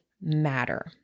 matter